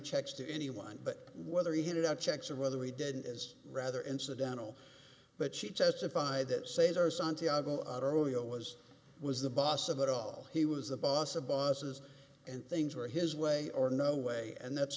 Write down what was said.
checks to anyone but whether he handed out checks or whether we didn't is rather incidental but she testified that sailor santiago our oil was was the boss of it all he was the boss of bosses and things were his way or no way and that's